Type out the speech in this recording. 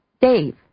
Dave